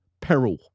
peril